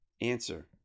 Answer